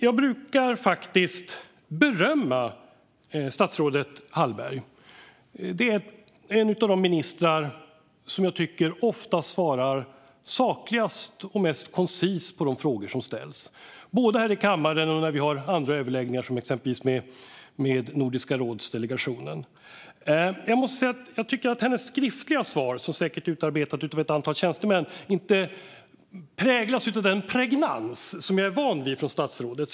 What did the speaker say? Jag brukar faktiskt berömma statsrådet Hallberg. Hon är en av de ministrar som jag tycker oftast svarar sakligast och mest koncist på de frågor som ställs både här i kammaren och när vi har andra överläggningar, exempelvis med Nordiska rådets delegation. Jag måste dock säga att jag tycker att statsrådets skriftliga svar, som säkert är utarbetat av ett antal tjänstemän, inte präglas av den pregnans som jag är van vid från statsrådet.